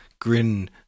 Grin